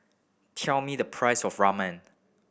tell me the price of Ramen